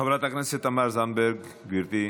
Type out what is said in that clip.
חברת הכנסת תמר זנדברג, גברתי.